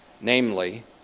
namely